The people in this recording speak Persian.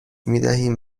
میدهیم